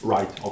Right